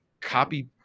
copy